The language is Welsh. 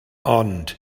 ond